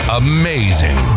amazing